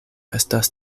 estas